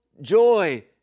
joy